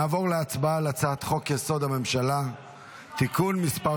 נעבור להצבעה על הצעת חוק-יסוד: הממשלה (תיקון מס'